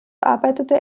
arbeitete